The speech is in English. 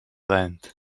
land